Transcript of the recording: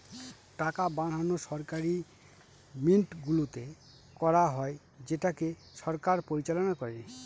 টাকা বানানো সরকারি মিন্টগুলোতে করা হয় যেটাকে সরকার পরিচালনা করে